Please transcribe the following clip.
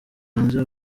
hanze